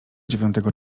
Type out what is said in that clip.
dziewiątego